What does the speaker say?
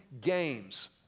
games